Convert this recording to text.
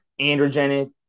androgenic